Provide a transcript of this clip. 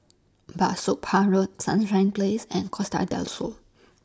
Bah Soon Pah Road Sunrise Place and Costa Del Sol